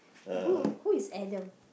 eh who who is Adam